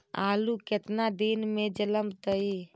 आलू केतना दिन में जलमतइ?